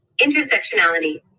Intersectionality